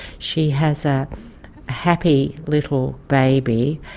she has a happy little baby,